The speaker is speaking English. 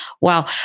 Wow